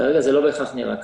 כרגע זה לא בהכרח נראה כך.